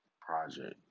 project